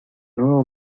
nuevo